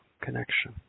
connection